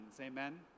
Amen